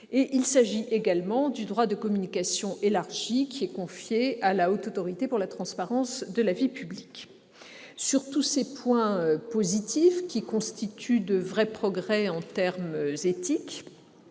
nationale, ou encore du droit de communication élargie pour la Haute Autorité pour la transparence de la vie publique. Sur tous ces points positifs, qui constituent de vrais progrès en termes éthiques,